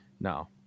No